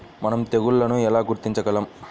మనం తెగుళ్లను ఎలా గుర్తించగలం?